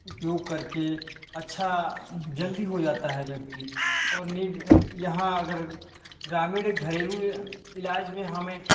उपयोग करके अच्छा जल्दी हो जाता है व्यक्ति और नीब यहाँ अगर ग्रामीण घरेलू इलाज में हमें